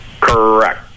Correct